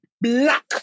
black